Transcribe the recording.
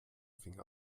finger